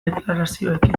deklarazioekin